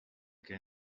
què